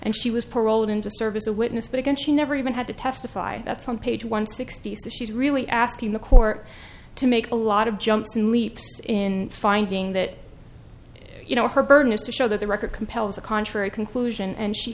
and she was paroled into service a witness but again she never even had to testify that's on page one sixty six she's really asking the court to make a lot of jumps in leaps in finding that you know her burden is to show that the record compels a contrary conclusion and she